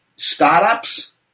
Startups